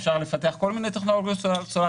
אפשר לפתח כל מיני טכנולוגיות סולריות משולבות.